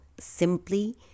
simply